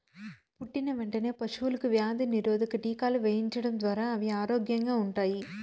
పుట్టిన వెంటనే పశువులకు వ్యాధి నిరోధక టీకాలు వేయించడం ద్వారా అవి ఆరోగ్యంగా ఉంటాయి